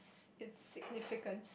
it's significance